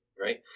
right